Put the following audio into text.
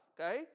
okay